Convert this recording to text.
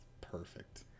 Perfect